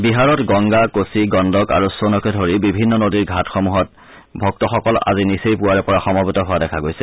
বিহাৰত গংগা কোচি গণুক আৰু ছোনকে ধৰি বিভিন্ন নদীৰ ঘাটসমূহত ভক্তসকল আজি নিচেই পুৱাৰে পৰা সমৱেত হোৱা দেখা গৈছে